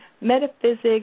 metaphysics